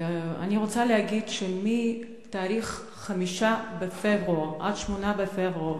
אני רוצה להגיד שמ-5 בפברואר עד 8 בפברואר